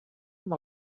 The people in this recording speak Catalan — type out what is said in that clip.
amb